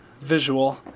visual